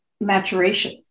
maturation